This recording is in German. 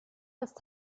ist